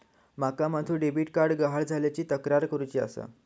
माका माझो debit card गहाळ झाल्याची तक्रार करुची आसा